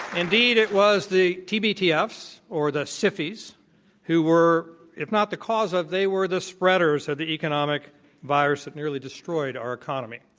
indeed it was the tbtf or the sifis who were, if not the cause of, they were the spreaders of so the economic virus that nearly destroyed our economy